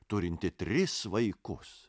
turinti tris vaikus